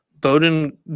Bowden